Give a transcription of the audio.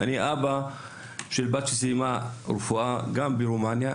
אני אבא לבת שסיימה רפואה ברומניה.